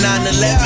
9-11